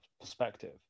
perspective